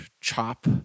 chop